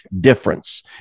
difference